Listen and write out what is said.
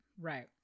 Right